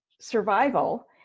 survival